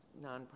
nonprofit